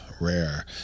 rare